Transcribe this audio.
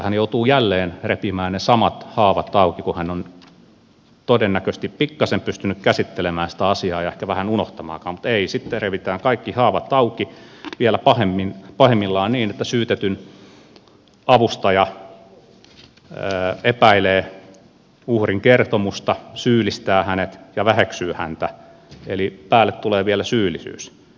hän joutuu jälleen repimään ne samat haavat auki kun hän on todennäköisesti pikkasen pystynyt käsittelemään sitä asiaa ja ehkä vähän unohtamaankin mutta ei sitten revitään kaikki haavat auki vielä pahimmillaan niin että syytetyn avustaja epäilee uhrin kertomusta syyllistää hänet ja väheksyy häntä eli päälle tulee vielä syyllisyys